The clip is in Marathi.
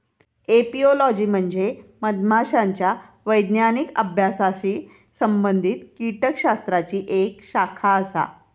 एपिओलॉजी म्हणजे मधमाशांच्या वैज्ञानिक अभ्यासाशी संबंधित कीटकशास्त्राची एक शाखा आसा